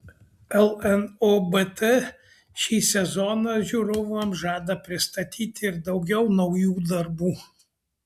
lnobt šį sezoną žiūrovams žada pristatyti ir daugiau naujų darbų